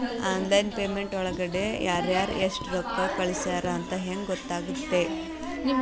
Online payment ಒಳಗಡೆ ಯಾರ್ಯಾರು ಎಷ್ಟು ರೊಕ್ಕ ಕಳಿಸ್ಯಾರ ಅಂತ ಹೆಂಗ್ ಗೊತ್ತಾಗುತ್ತೆ?